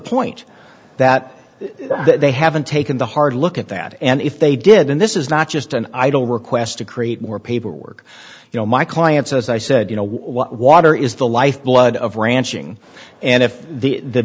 point that they haven't taken the hard look at that and if they did then this is not just an idle request to create more paperwork you know my client says i said you know what water is the lifeblood of ranching and if the